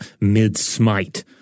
mid-smite